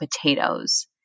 potatoes